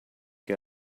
que